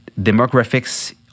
demographics